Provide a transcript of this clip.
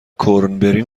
کرنبری